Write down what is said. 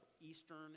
Eastern